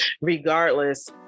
regardless